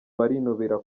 barinubira